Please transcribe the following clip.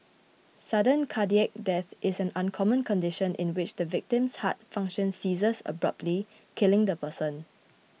sudden cardiac death is an uncommon condition in which the victim's heart function ceases abruptly killing the person